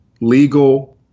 legal